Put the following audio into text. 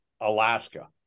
Alaska